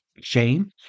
shame